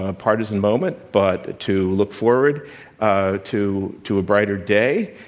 ah partisan moment, but to look forward ah to to a brighter day.